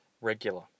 Regular